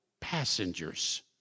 passengers